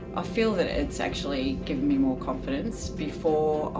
feel that it's actually given me more confidence. before,